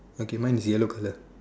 okay mine is yellow color